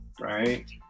right